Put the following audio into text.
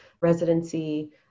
residency